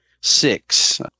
six